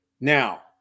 Now